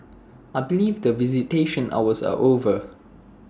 I believe the visitation hours are over